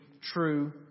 true